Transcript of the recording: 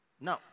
No